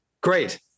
Great